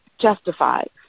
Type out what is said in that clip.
justified